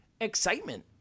excitement